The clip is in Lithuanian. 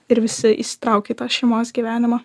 ir visi įsitraukia į tą šeimos gyvenimą